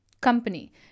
company